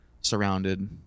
surrounded